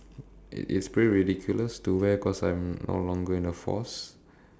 it is pretty ridiculous to wear because I'm no longer in the force